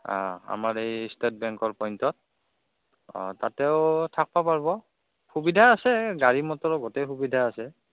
অঁ আমাৰ এই ষ্টেট বেংকৰ পইণ্টত অঁ তাতেও থাকব পাৰব সুবিধা আছে গাড়ী মটৰৰ গোটেই সুবিধা আছে